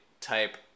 type